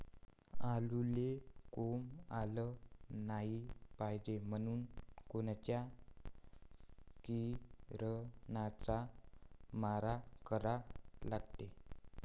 आलूले कोंब आलं नाई पायजे म्हनून कोनच्या किरनाचा मारा करा लागते?